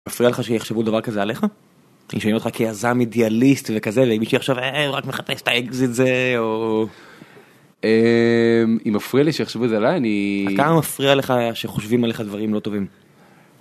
מפריע לך שיחשבו דבר כזה עליך? אני שואל אותך כיזם אידיאליסט, וכזה ומישהו שיחשוב הוא רק מחפש את האקזיט... זה או? - אם מפריע לי שיחשבו את זה עליי? אני.... - אתה מפריע לך, שחושבים עליך דברים לא טובים.